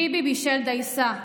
ביבי בישל דייסה: